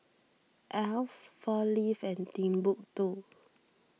Alf four Leaves and Timbuk two